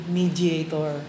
mediator